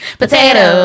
potato